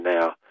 now